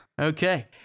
Okay